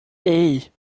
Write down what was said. hey